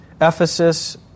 Ephesus